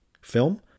film